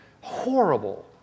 Horrible